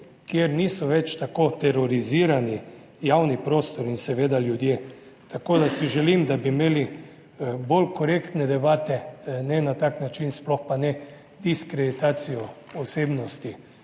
kjer niso več tako terorizirani javni prostor in seveda ljudje. Tako, da si želim, da bi imeli bolj korektne debate, ne na tak način, sploh pa ne diskreditacijo osebnosti,